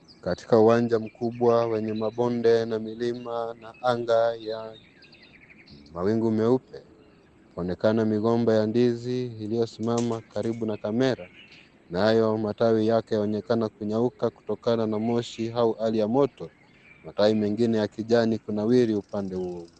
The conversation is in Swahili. Katika uwanja mkubwa wenye mabonde na milima na anga ya, mawingu meupe, paonekana migomba ya ndizi ilio simama karibu na kamera, nayo matawi yake yaonekana kunyauka kutokana na moshi au hali ya moto, matawi mengine ya kijani kunawili upande uo uo.